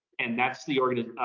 and that's the organism.